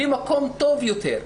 למקום טוב יותר,